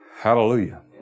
Hallelujah